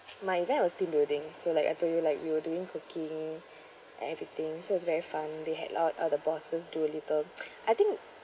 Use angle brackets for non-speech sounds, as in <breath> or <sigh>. my that was team building so like I told you like we were doing cooking <breath> and everything so it's very fun they had all all the bosses do a little <noise> I think